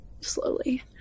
slowly